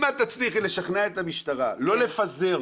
אם את תצליחי לשכנע את המשטרה לא לפזר